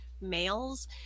males